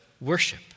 worship